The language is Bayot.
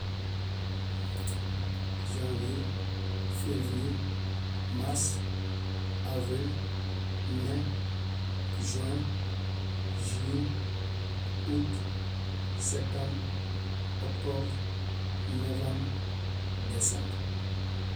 Ĵãvie, févrie, mars, avril, me, ĵuẽ, ĵúye, út, sektãb, oktovr, novãb, desãbr.